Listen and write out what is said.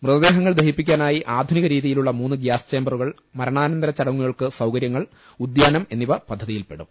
മൃതദേഹങ്ങൾ ദഹിപ്പിക്കാനായി ആധുനിക രീതിയിലു ളള മൂന്ന് ഗ്യാസ് ചേംബറുകൾ മരണാനന്തരചടങ്ങുകൾക്ക് സൌകര്യങ്ങൾ ഉദ്യാനം എന്നിവ പദ്ധതിയിൽപ്പെടും